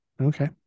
Okay